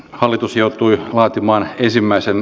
hallitus joutui vaatimaan ensimmäisen